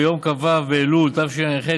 ביום כ"ו באלול התשע"ח,